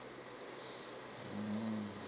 mm